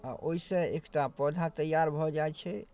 आओर ओहिसँ एकटा पौधा तैआर भऽ जाइ छै